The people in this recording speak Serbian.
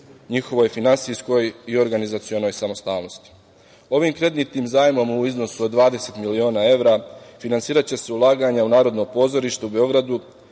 njihovoj finansijskoj i organizacionoj samostalnosti. Ovim kreditnim zajmom u iznosu od 20 miliona evra finansiraće se ulaganja u Narodno pozorište u Beogradu,